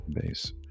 base